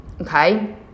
okay